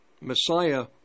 Messiah